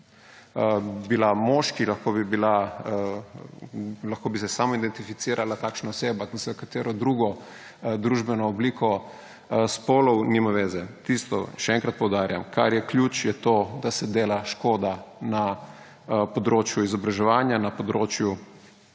bil moški, lahko bi se sama identificirala takšna oseba za katero drugo družbeno obliko spolov – nima veze. Tisto, še enkrat poudarjam, kar je ključ, je to, da se dela škoda na področju izobraževanja, na področju